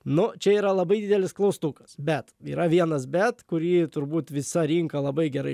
nuo čia yra labai didelis klaustukas bet yra vienas bet kurį turbūt visa rinka labai gerai